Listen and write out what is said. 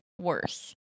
worse